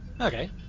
Okay